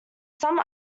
some